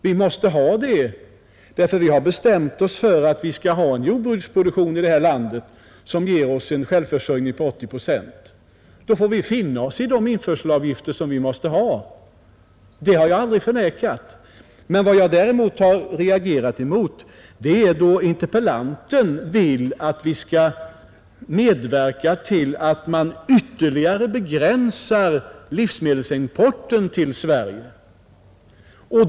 Vi måste ha det därför att vi har bestämt oss för att vi skall ha en jordbruksproduktion som ger oss en självförsörjning på 80 procent. Då får vi finna oss i de införselavgifter som krävs. Det har jag aldrig förnekat. Vad jag däremot har reagerat emot är att interpellanten vill att vi skall medverka till att man ytterligare begränsar livsmedelsimporten till Sverige.